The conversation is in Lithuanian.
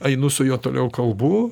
einu su juo toliau kalbu